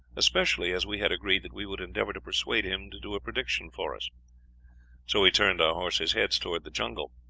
especially as we had agreed that we would endeavor to persuade him to do a prediction for us so we turned our horses' heads towards the jungle.